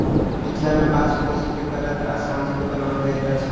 मिथिला मे बाछा पोसि क बड़द वा साँढ़ बनाओल जाइत अछि